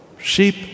Sheep